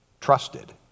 Trusted